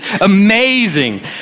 amazing